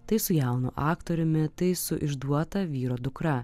tai su jaunu aktoriumi tai su išduota vyro dukra